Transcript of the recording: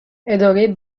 اداره